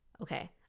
okay